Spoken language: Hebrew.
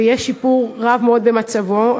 ויש שיפור רב במצבו.